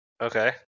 Okay